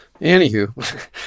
Anywho